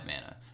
mana